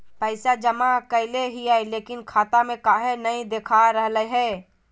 पैसा जमा कैले हिअई, लेकिन खाता में काहे नई देखा रहले हई?